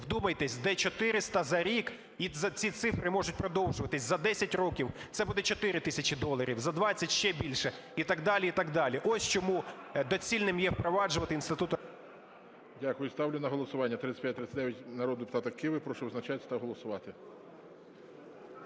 Вдумайтесь, де 400 за рік, і ці цифри можуть продовжуватись. За 10 років це буде 4 тисячі доларів, за 20 - ще більше, і так далі і так далі. Ось чому доцільним є впроваджувати… ГОЛОВУЮЧИЙ. Дякую. Ставлю на голосування 3539 народного депутата Киви. Прошу визначатись та голосувати.